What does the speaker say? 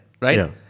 right